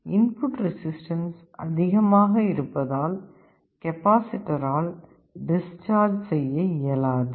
input resistance அதிகமாக இருப்பதால் கெப்பாசிட்டரால் டிஸ்சார்ஜ் செய்ய இயலாது